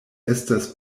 estas